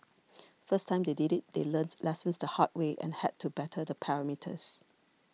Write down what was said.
first time they did it they learnt lessons the hard way and had to better the parameters